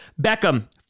Beckham